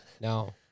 No